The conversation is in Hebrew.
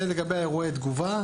זה לגבי אירועי תגובה.